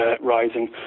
Rising